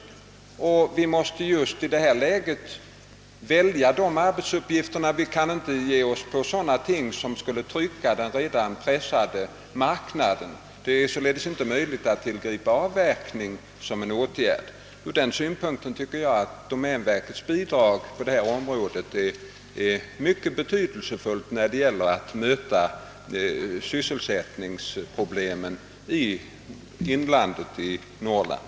Man måste välja arbetsuppgifterna med omsorg. Vi kan inte räkna med arbeten som skulle tynga den redan pressade marknaden för skogsbruket. Det är således inte möjligt att tillgripa avverkning. Ur den synpunkten tycker jag att domänverkets åtgärder är mycket betydelsefulla för att möta sysselsättningsproblemen i Norrlands inland.